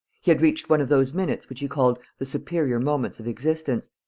he had reached one of those minutes which he called the superior moments of existence,